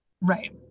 Right